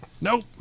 Nope